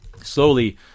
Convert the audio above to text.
Slowly